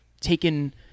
taken